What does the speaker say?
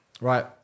Right